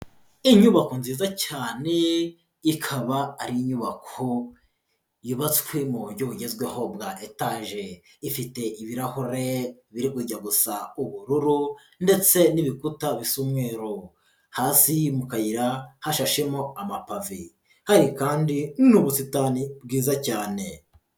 Inyubako nziza cyane ikaba ari inyubako yubatswe mu buryo bugezweho bwa etaje, ifite ibirahure biri kujya gusa ubururu ndetse n'ibikuta bisa umweru, haasi mu kayira hashashemo amapave, hari kandi n'ubusitani bwiza cyane.